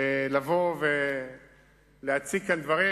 לבוא ולהציג כאן דברים,